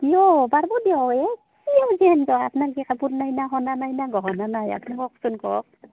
কিয় পাৰব দিয়ক এই আপুনি কওকচোন কওক